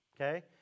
okay